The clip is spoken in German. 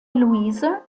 luise